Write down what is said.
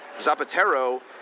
Zapatero